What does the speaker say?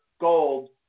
gold